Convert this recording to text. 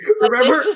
Remember